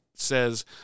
says